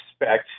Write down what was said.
expect